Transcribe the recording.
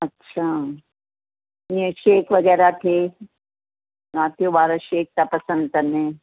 अच्छा इअं शेक वग़ैरह थिए राति जो ॿार शेक था पसंदि कनि